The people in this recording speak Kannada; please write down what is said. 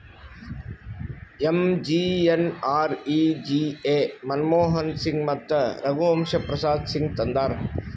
ಎಮ್.ಜಿ.ಎನ್.ಆರ್.ಈ.ಜಿ.ಎ ಮನಮೋಹನ್ ಸಿಂಗ್ ಮತ್ತ ರಘುವಂಶ ಪ್ರಸಾದ್ ಸಿಂಗ್ ತಂದಾರ್